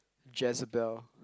Jezebel